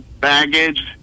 baggage